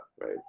right